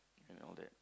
and all that